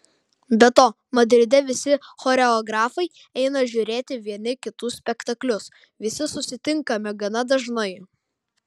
be to madride visi choreografai eina žiūrėti vieni kitų spektaklius visi susitinkame gana dažnai